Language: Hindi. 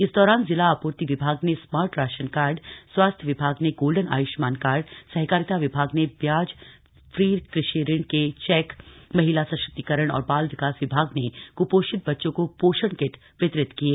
इस दौरान जिला आपूर्ति विभाग ने स्मार्ट राशन कार्ड स्वास्थ्य विभाग ने गोल्डन आय्ष्मान कार्ड सहकारिता विभाग ने ब्याज फ्री कृषि ऋण के चेक महिला सशक्तिकरण और बाल विकास विभाग ने क्पोषित बच्चों को पोषण किट वितरित किये